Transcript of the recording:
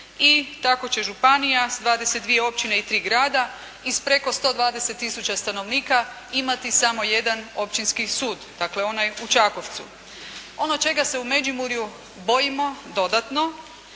i tako će županija s 23 općine i 3 grada iz preko 120 tisuća stanovnika imati samo jedan Općinski sud, dakle onaj u Čakovcu. Ono čega se u Međimurju bojimo dodatno,